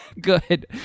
good